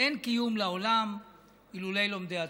אין קיום לעולם אילולא לומדי התורה.